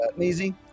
easy